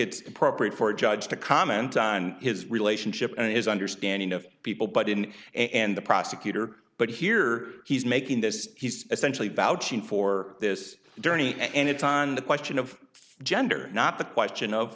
it's appropriate for a judge to comment on his relationship and his understanding of people but didn't and the prosecutor but here he's making this he's essentially vouching for this journey and it's on the question of gender not the question of